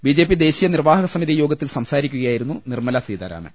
BJP ദേശീയ നിർവാഹക സമിതി യോഗത്തിൽ സംസാരിക്കുകയായിരുന്നു നിർമല സീതാരാമൻ